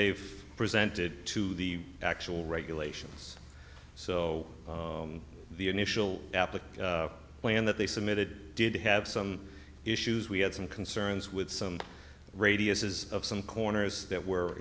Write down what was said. they've presented to the actual regulations so the initial applique plan that they submitted did have some issues we had some concerns with some radiuses of some corners that were